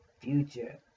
future